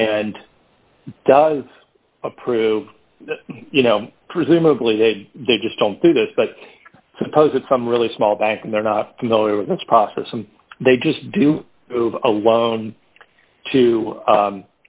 and does approve you know presumably they they just don't do this but suppose that some really small bank and they're not familiar with this process and they just do a lot to